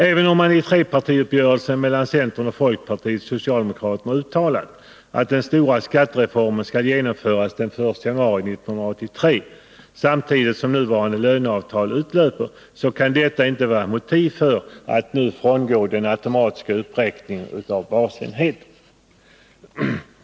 Även om man i trepartiuppgörelsen mellan centern, folkpartiet och socialdemokraterna uttalat att den stora skattereformen skall genomföras den 1 januari 1983 — samtidigt som nuvarande löneavtal utlöper — så kan inte detta vara ett motiv för att nu frångå den automatiska uppräkningen av basenheten.